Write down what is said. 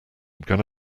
gonna